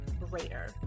greater